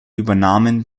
übernahmen